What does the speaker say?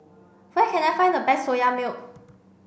where can I find the best soya milk